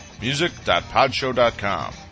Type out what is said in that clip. music.podshow.com